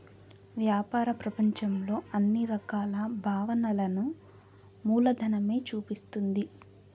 వ్యాపార ప్రపంచంలో అన్ని రకాల భావనలను మూలధనమే చూపిస్తుంది